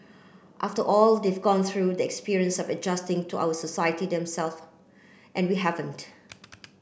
after all they've gone through the experience of adjusting to our society them self and we haven't